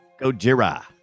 Gojira